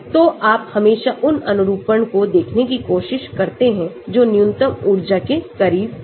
तो आप हमेशा उन अनुरूपण को देखने की कोशिश करते हैं जो न्यूनतम ऊर्जा के करीब हैं